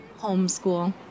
Homeschool